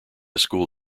school